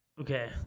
Okay